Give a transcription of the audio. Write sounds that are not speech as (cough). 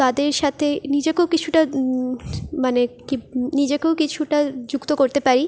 তাদের সাথে নিজেকেও কিছুটা মানে (unintelligible) নিজেকেও কিছুটা যুক্ত করতে পারি